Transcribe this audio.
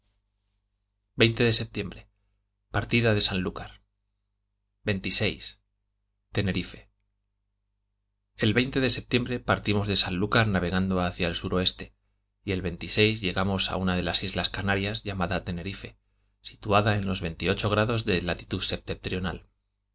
septiembre partida de sanlúcar tenerife el de septiembre partimos de sanlúcar navegando hacia el suroeste y el llegamos a una de las islas canarias llamada tenerife situada en los veintiocho grados de latitud septentrional